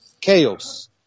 chaos